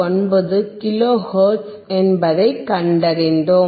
59 kilohertz என்பதைக் கண்டறிந்தோம்